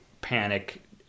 Panic